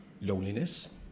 loneliness